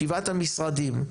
שבעת המשרדים,